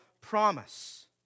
promise